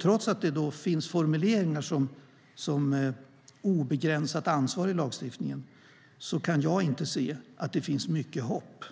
Trots att det finns formuleringar om obegränsat ansvar i lagstiftningen, kan jag inte se att det finns mycket hopp